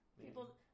people